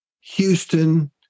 Houston